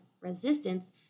resistance